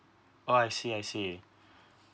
oh I see I see